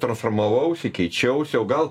transformavausi keičiausi o gal